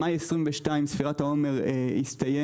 במאי 22' ספירת העומר הסתיים,